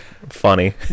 funny